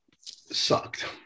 sucked